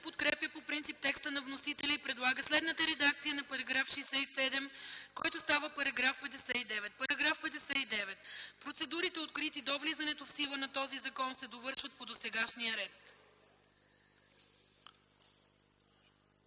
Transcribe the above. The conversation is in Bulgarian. подкрепя по принцип текста на вносителя и предлага следната редакция на § 67, който става § 59: „§ 59. Процедурите, открити до влизането в сила на този закон, се довършват по досегашния ред.”